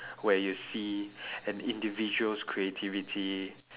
where you see an individual's creativity